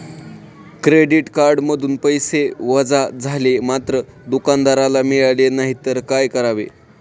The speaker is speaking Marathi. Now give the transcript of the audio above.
क्रेडिट कार्डमधून पैसे वजा झाले मात्र दुकानदाराला मिळाले नाहीत तर काय करावे?